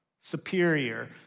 superior